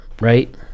right